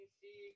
see